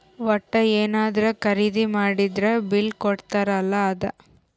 ವಟ್ಟ ಯೆನದ್ರ ಖರೀದಿ ಮಾಡಿದ್ರ ಬಿಲ್ ಕೋಡ್ತಾರ ಅಲ ಅದ